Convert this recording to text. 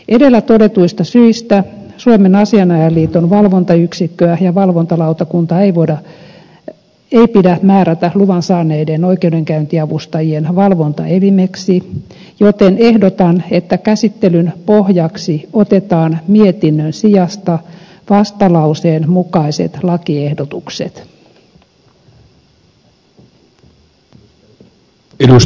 edellä todetuista syistä suomen asianajajaliiton valvontayksikköä ja valvontalautakuntaa ei pidä määrätä luvan saaneiden oikeudenkäyntiavustajien valvontaelimeksi joten ehdotan että käsittelyn pohjaksi otetaan mietinnön sijasta vastalauseen mukaiset lakiehdotukset